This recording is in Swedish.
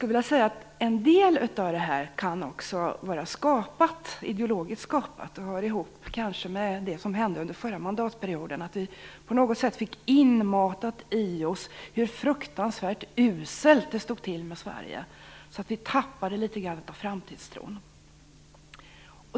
En del av det här kan också vara ideologiskt skapat och kanske hör ihop med det som hände under den förra mandatperioden, när vi alla på något sätt fick inmatat i oss hur fruktansvärt uselt det stod till med Sverige och därför tappade litet grand av framtidstron.